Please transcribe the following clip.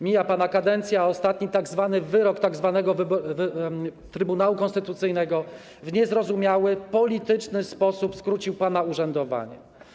Mija pana kadencja, a ostatni tzw. wyrok tzw. Trybunału Konstytucyjnego w niezrozumiały, polityczny sposób skrócił pana urzędowanie.